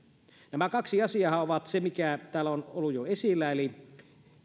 nämä kaksi asiaahan ovat se mikä täällä on ollut jo esillä eli